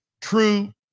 true